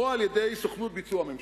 או על-ידי סוכנות ביצוע ממשלתית".